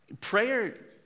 Prayer